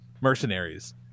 mercenaries